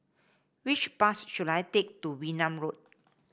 which bus should I take to Wee Nam Road